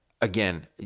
again